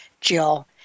Jill